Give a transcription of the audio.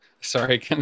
sorry